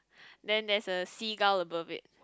then there's a seagull above it